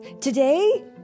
Today